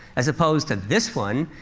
as opposed to this one,